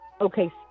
Okay